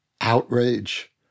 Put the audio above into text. outrage